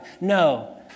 No